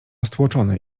stłoczone